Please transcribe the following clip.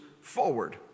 forward